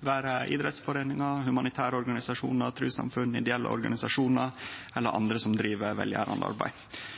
vere idrettsforeiningar, humanitære organisasjonar, trussamfunn, ideelle organisasjonar eller andre som driv velgjerande arbeid.